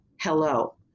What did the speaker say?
Hello